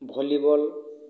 volleyball